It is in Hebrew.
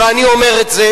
ואני אומר את זה,